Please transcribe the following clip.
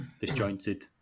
disjointed